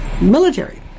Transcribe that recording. military